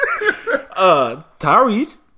Tyrese